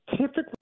typically